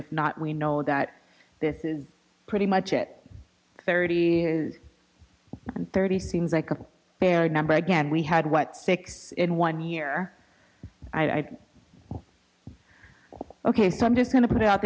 if not we know that this is pretty much it thirty and thirty seems like a fair number again we had what six in one year i think ok so i'm just going to put